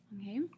Okay